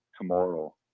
tomorrow